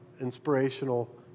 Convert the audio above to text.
inspirational